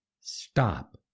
Stop